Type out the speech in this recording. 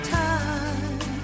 time